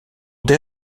des